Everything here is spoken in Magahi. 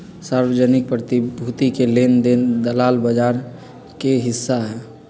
सार्वजनिक प्रतिभूति के लेन देन दलाल बजार के हिस्सा हई